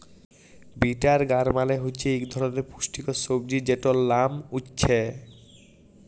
bitter gourd মালে হছে ইক ধরলের পুষ্টিকর সবজি যেটর লাম উছ্যা